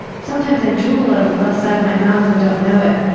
sometimes i drool out of the left side of my mouth and don't know it,